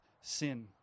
sin